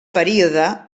període